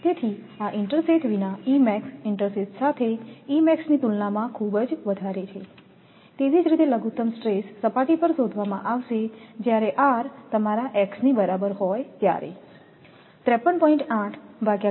તેથીઆ ઇન્ટરસેથ વિના ઇન્ટરસેથ સાથે ની તુલનામાં ખૂબ વધારે છેતેવી જ રીતે લઘુત્તમ સ્ટ્રેસ સપાટી પર શોધવામાં આવશે જ્યારે R તમારા x ની બરાબર હોય ત્યારે